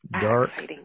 Dark